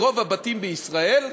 ברוב הבתים בישראל,